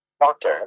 doctor